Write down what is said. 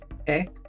Okay